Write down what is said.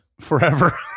Forever